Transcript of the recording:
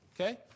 Okay